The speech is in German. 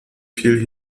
viel